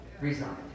resigned